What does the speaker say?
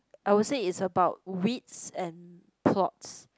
I would say it's about wits and plots